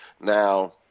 Now